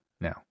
now